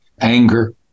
anger